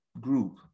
group